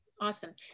Awesome